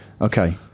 okay